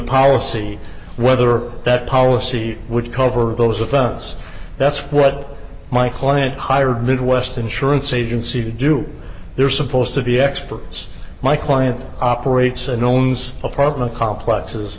policy whether that policy would cover those events that's what my client hired midwest insurance agency to do they're supposed to be experts my client operates and owns apartment complexes